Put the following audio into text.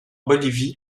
bolivie